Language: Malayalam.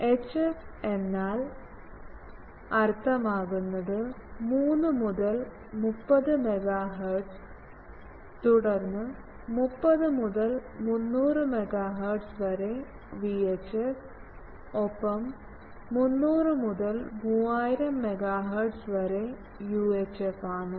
എച്ച്എഫ് എന്നാൽ അർത്ഥമാക്കുന്നത് 3 മുതൽ 30 MHz തുടർന്ന് 30മുതൽ 300 MHz വരെ വിഎച്ച്എഫ് ഒപ്പം 300 മുതൽ 3000 MHz വരെ യു എച്ച് എഫ് ആണ്